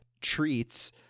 treats